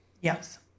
Yes